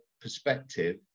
perspective